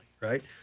right